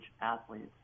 athletes